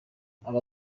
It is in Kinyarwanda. aba